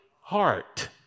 heart